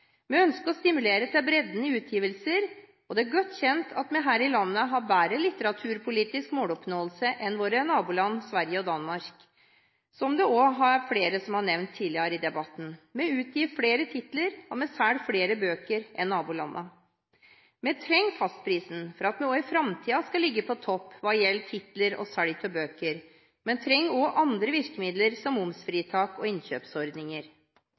Vi ønsker å stimulere til bredden i utgivelser. Det er godt kjent at vi her i landet har bedre litteraturpolitisk måloppnåelse enn våre naboland Sverige og Danmark, som flere har nevnt tidligere i debatten. Vi utgir flere titler, og vi selger flere bøker enn nabolandene. Vi trenger fastprisen for at vi også i framtiden skal ligge på topp hva gjelder titler og salg av bøker, men trenger i tillegg andre virkemidler, som momsfritak og innkjøpsordninger.